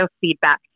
feedback